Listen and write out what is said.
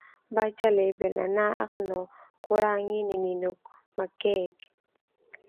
Baca lebel nanaak no kurangi nininuk makek.